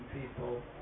people